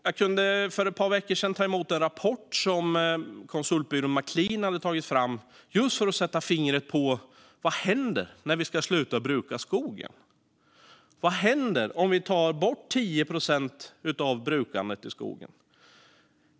Jag kunde för ett par veckor sedan ta emot en rapport som konsultbyrån Macklean hade tagit fram just för att sätta fingret på vad som händer när vi ska sluta att bruka skogen. Vad händer om vi tar bort 10 procent av brukandet i skogen?